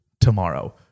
tomorrow